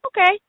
okay